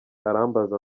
arambaza